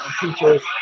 teachers